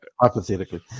hypothetically